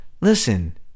listen